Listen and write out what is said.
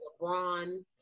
LeBron